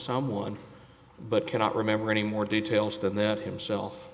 someone but cannot remember any more details than that himself